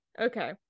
Okay